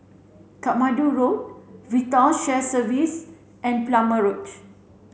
Katmandu Road VITAL Shared Services and Plumer Road